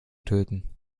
töten